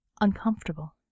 Uncomfortable